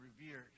revered